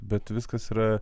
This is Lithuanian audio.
bet viskas yra